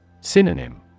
Synonym